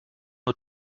nur